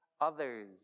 others